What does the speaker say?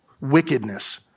wickedness